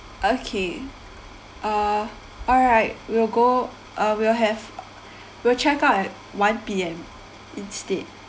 okay uh alright we'll go uh we'll have we'll check out at one P_M instead